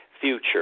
future